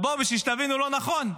בואו, בשביל שלא תבינו לא נכון,